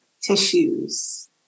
tissues